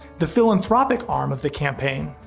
the philanthropic arm of the campaign,